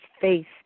faith